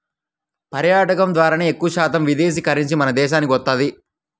పర్యాటకం ద్వారానే ఎక్కువశాతం విదేశీ కరెన్సీ మన దేశానికి వత్తది